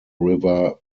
river